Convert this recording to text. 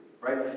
right